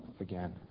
again